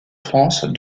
france